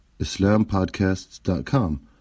islampodcasts.com